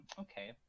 okay